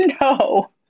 No